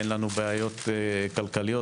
אין לנו בעיות כלכליות?